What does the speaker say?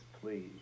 please